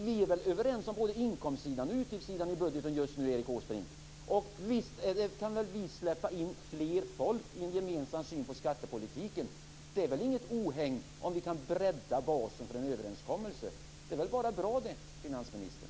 Vi är väl överens om både inkomstsidan och utgiftssidan i budgeten just nu, Erik Åsbrink? Visst kan väl vi släppa in mer folk i en gemensam syn på skattepolitiken. Det är väl inget ohägn om vi kan bredda basen för en överenskommelse. Det är väl bara bra det, finansministern.